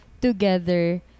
together